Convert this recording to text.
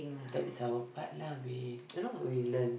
that is our part lah we you know we learn